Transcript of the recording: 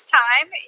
time